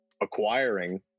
acquiring